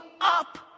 up